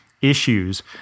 Issues